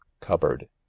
cupboard